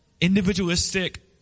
individualistic